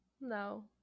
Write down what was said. No